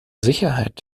sicherheit